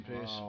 peace